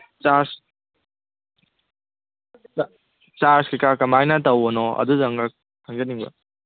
charge charge ꯀꯩꯀꯥ ꯀꯃꯥꯏꯅ ꯇꯧꯕꯅꯣ ꯑꯗꯨꯗꯪꯒ ꯈꯪꯖꯅꯤꯡꯉꯤ